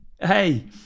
Hey